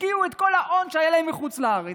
השקיעו את כל ההון שהיה להם מחוץ לארץ,